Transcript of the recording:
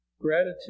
gratitude